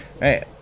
right